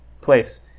place